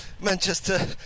Manchester